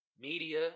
Media